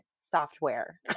software